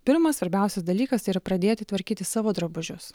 pirmas svarbiausias dalykas tai yra pradėti tvarkyti savo drabužius